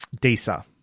Disa